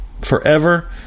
forever